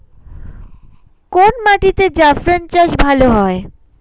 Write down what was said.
কোন মাটিতে জাফরান চাষ ভালো হয়?